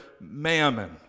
mammon